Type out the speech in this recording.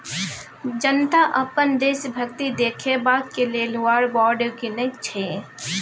जनता अपन देशभक्ति देखेबाक लेल वॉर बॉड कीनय छै